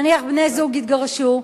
נניח בני-זוג התגרשו,